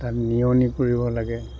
তাত নিয়নি কৰিব লাগে